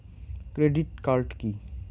Credit card key?